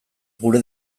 gure